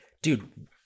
Dude